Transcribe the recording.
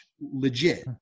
legit